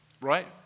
Right